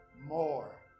more